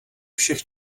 všech